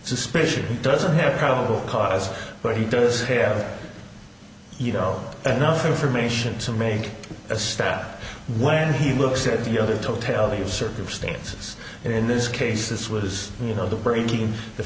suspicion doesn't have probable cause but he does care you know enough information to make a stat when he looks at the other totality of circumstances and in this case this was you know the breaking the